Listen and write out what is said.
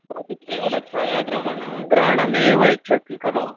भवति केवल छायाग्रमण ग्रहणमेव इच्छति खलु